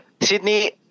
Sydney